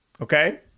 Okay